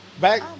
back